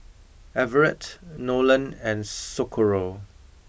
Everett Nolen and Socorro